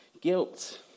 guilt